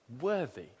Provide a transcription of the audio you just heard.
Worthy